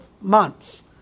months